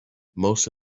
most